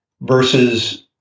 versus